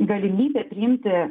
galimybę priimti